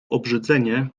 obrzydzenie